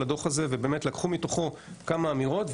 הדוח הזה ובאמת לקחו מתוכו כמה אמירות,